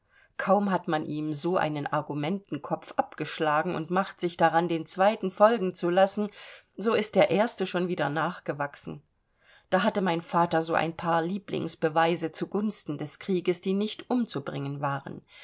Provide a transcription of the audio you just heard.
kaum hat man ihm so einen argumentenkopf abgeschlagen und macht sich daran den zweiten folgen zu lassen so ist der erste schon wieder nachgewachsen da hatte mein vater so ein paar lieblingsbeweise zu gunsten des krieges die nicht umzubringen waren